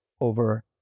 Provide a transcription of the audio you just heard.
over